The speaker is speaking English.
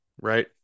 right